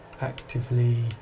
actively